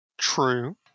True